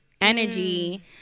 energy